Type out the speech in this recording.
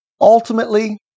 Ultimately